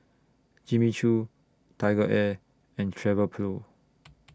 Jimmy Choo TigerAir and Travelpro